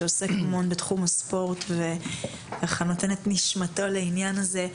שעוסק המון בתחום הספורט ונותן את נשמתו לעניין הזה,